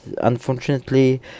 unfortunately